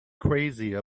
crazy